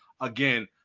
again